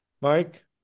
Mike